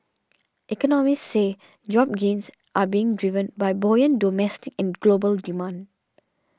economists say job gains are being driven by buoyant domestic and global demand